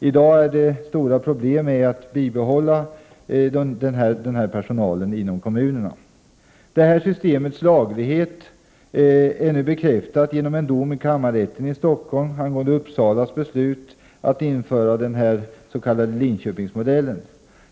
I dag har kommunerna stora problem med att behålla denna personal. Systemets laglighet är nu bekräftad genom en dom i kammarrätten i Stockholm angående Uppsalas beslut att införa den s.k. Linköpingsmodellen.